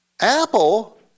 Apple